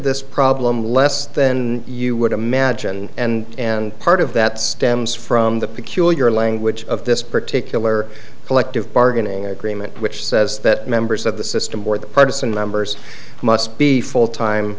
this problem less than you would imagine and and part of that stems from the peculiar language of this particular collective bargaining agreement which says that members of the system or the partisan members must be full time